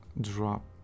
drop